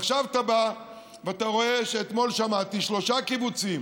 ועכשיו אתה בא ואתה רואה שאתמול שמעתי על שלושה קיבוצים,